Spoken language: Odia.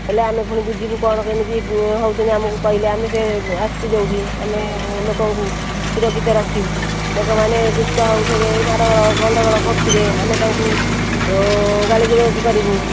ହେଲେ ଆମେ ପୁଣି ବୁଝିବୁ କ'ଣ କେମିତି ହେଉଛନ୍ତି ଆମକୁ କହିଲେ ଆମେ ଯେ ଆସିଛୁ ଯେଉଁଠି ଆମେ ଲୋକଙ୍କୁ ସୁରକ୍ଷିତ ରଖିବୁ ଲୋକମାନେ ଦୁଷ୍ଟ ହେଉଥିବେ ମାଡ଼ଗୋଳ ଗଣ୍ଡଗୋଳ କରୁଥିବେ ଆମେ ତାଙ୍କୁ ଗାଳିଗୁଲଜ କରିବୁ